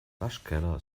waschkeller